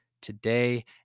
today